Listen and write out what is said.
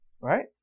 right